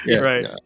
Right